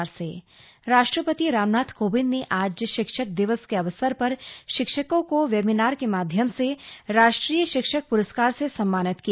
राष्ट्रीय शिक्षक पुरस्कार राष्ट्रपति रामनाथ कोविंद ने आज शिक्षक दिवस के अवसर पर शिक्षकों को वेबिनार के माध्यम से राष्ट्रीय शिक्षक प्रस्कार से सम्मानित किया